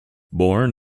born